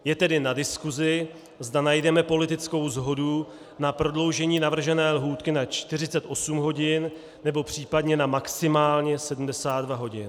Je tedy na diskusi, zda najdeme politickou shodu na prodloužení navržené lhůty na 48 hodin, nebo případně na maximálně 72 hodin.